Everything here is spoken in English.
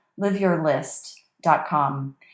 LiveYourList.com